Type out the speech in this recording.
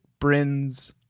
Brins